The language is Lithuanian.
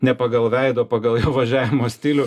ne pagal veido pagal važiavimo stilių